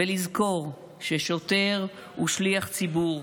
ולזכור ששוטר הוא שליח ציבור,